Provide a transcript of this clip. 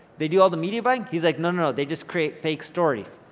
they do all the media buying? he's like no, no they just create fake stories,